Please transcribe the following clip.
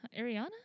ariana